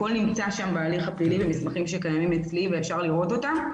הכול נמצא בהליך הפלילי במסמכים שקיימים אצלי ואפשר לראות אותם.